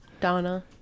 Donna